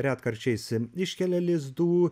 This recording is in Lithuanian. retkarčiais iškelia lizdų